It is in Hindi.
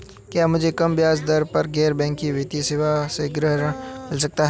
क्या मुझे कम ब्याज दर पर गैर बैंकिंग वित्तीय सेवा कंपनी से गृह ऋण मिल सकता है?